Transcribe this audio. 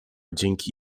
dzięki